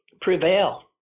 prevail